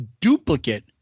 duplicate